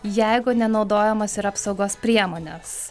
jeigu nenaudojamos yra apsaugos priemonės